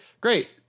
great